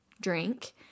Drink